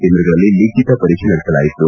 ಕೇಂದ್ರಗಳಲ್ಲಿ ಲಿಖಿತ ಪರೀಕ್ಷೆ ನಡೆಸಲಾಯಿತು